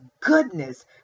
goodness